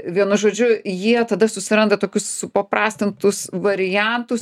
vienu žodžiu jie tada susiranda tokius supaprastintus variantus